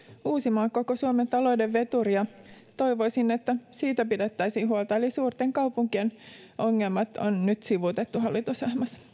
uusimaa on koko suomen talouden veturi ja toivoisin että siitä pidettäisiin huolta eli suurten kaupunkien ongelmat on nyt sivuutettu hallitusohjelmassa